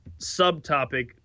subtopic